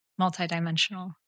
Multidimensional